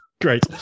Great